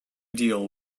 deal